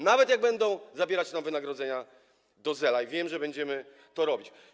Nawet jak będą zabierać nam wynagrodzenia do zera, to wiem, że będziemy to robić.